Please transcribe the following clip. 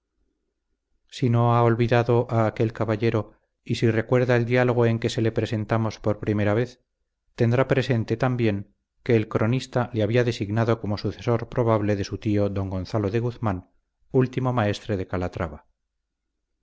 si no ha olvidado a aquel caballero y si recuerda el diálogo en que se le presentamos por primera vez tendrá presente también que el cronista le había designado como sucesor probable de su tío don gonzalo de guzmán último maestre de calatrava